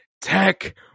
tech